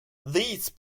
these